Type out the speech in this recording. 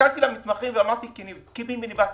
הסתכלתי על המתמחים ואמרתי: קיבינימט,